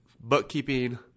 bookkeeping